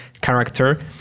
character